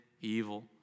evil